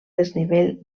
desnivell